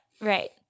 right